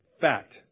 Fact